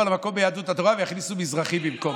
על המקום ביהדות התורה ויכניסו מזרחי במקום.